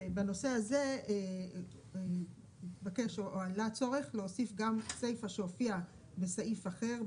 ובנושא הזה עלה הצורך להוסיף גם סיפא שהופיעה בסעיף אחר,